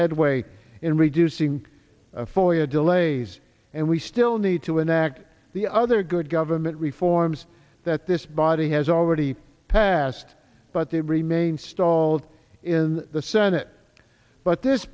headway in reducing folia delays and we still need to enact the other good government reforms that this body has already passed but they remain stalled in the senate but this